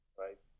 right